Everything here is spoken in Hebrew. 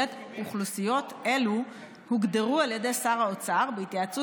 אוכלוסיות אלו הוגדרו על ידי שר האוצר בהתייעצות